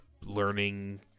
learning